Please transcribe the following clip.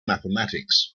mathematics